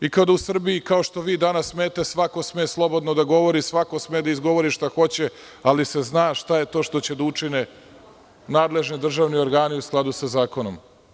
Kada u Srbiji, kao što vi danas smete, svako sme slobodno da govori, svako sme da izgovori šta hoće, ali se zna šta je to što će da učine nadležni državni organi u skladu sa zakonom.